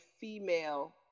female